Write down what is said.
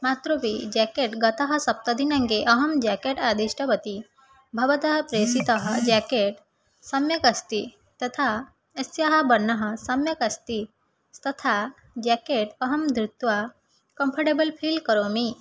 मात्रोपि jacket गतः सप्तदिनाङ्के अहं जेकेट् आदिष्टवती भवतः प्रेषितः जेकेट् सम्यक् अस्ति तथा अस्याः वर्णः सम्यक् अस्ति तथा जेकेट् अहं धृत्वा कम्फ़र्डेबल् फ़ील् करोमि